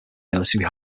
military